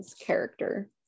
character